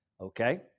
Okay